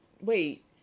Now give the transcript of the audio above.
Wait